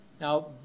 Now